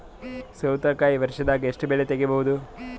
ಸೌತಿಕಾಯಿ ವರ್ಷದಾಗ್ ಎಷ್ಟ್ ಬೆಳೆ ತೆಗೆಯಬಹುದು?